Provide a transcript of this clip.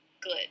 good